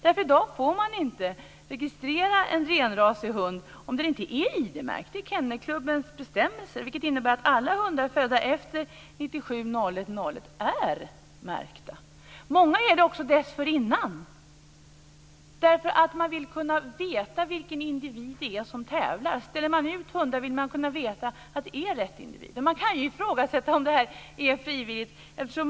I dag får man inte registrera en renrasig hund om den inte är ID-märkt. Det är Kennelklubbens bestämmelser, vilket innebär att alla hundar födda efter den 1 januari 1997 är märkta. Många har blivit märkta tidigare. Man vill veta vilken individ som tävlar. Man vill veta vilka individer de utställda hundarna är. Man kan ifrågasätta om detta sker frivilligt.